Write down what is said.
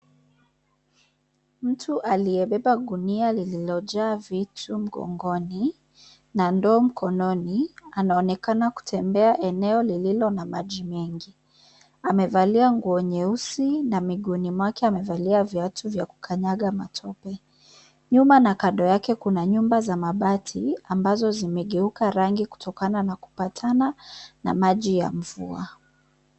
Mtu aliyebeba gunia lililojaa vitu mgongoni na ndoo mkononi anaonekana kutembea eneo lililo na maji mengi. Amevalia nguo nyeusi na miguuni mwake amevalia viatu vya kukanyaga matope. Nyuma na kando yake, kuna nyumba za mabati ambazo zimegeuka rangi kutokana na kupatana na maji ya mvua.